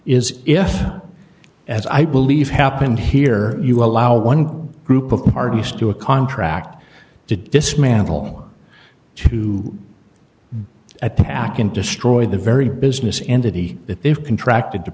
if as i believe happened here you allow one group of parties to a contract to dismantle and to attack and destroy the very business entity that they've contracted to